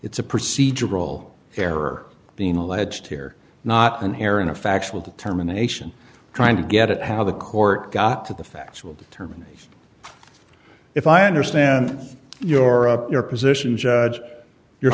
it's a procedural error being alleged here not in here in a factual determination trying to get at how the court got to the facts will determine if i understand your up your position judge your